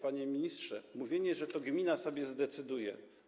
Panie ministrze, mówienie, że to gmina sobie zdecyduje.